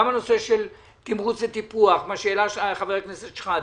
גם בנושא תמרוץ וטיפוח שהעלה חבר הכנסת שחאדה,